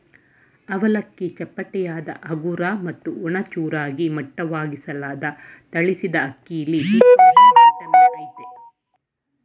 ಅವಲಕ್ಕಿ ಚಪ್ಪಟೆಯಾದ ಹಗುರ ಮತ್ತು ಒಣ ಚೂರಾಗಿ ಮಟ್ಟವಾಗಿಸಲಾದ ತಳಿಸಿದಅಕ್ಕಿಲಿ ಬಿಕಾಂಪ್ಲೆಕ್ಸ್ ವಿಟಮಿನ್ ಅಯ್ತೆ